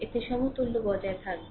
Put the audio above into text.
এতে সমতুল্য বজায় থাকবে